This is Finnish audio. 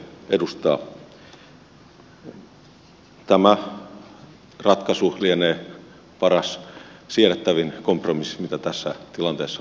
tämä ratkaisu lienee paras siedettävin kompromissi mitä tässä tilanteessa oli saavutettavissa